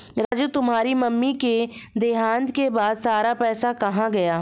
राजू तुम्हारे मम्मी के देहांत के बाद सारा पैसा कहां गया?